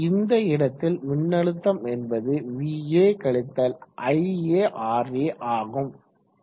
இந்த இடத்தில் மின்னழுத்தம் என்பது va கழித்தல் iRa ஆகும்